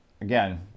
again